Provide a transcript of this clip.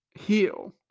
heal